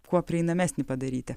kuo prieinamesnį padaryti